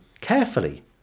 carefully